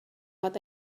out